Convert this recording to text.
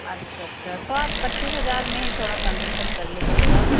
अच्छा अच्छा तब पच्चीस हजार में हीं थोड़ा कन्सेसन कर लीजिएगा